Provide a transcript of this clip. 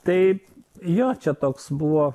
tai jo čia toks buvo